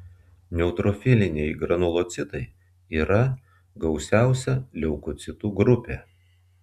neutrofiliniai granulocitai yra gausiausia leukocitų grupė